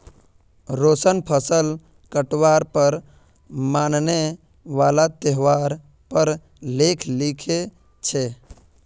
रोशन फसल काटवार पर मनाने वाला त्योहार पर लेख लिखे छे